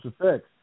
effects